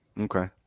Okay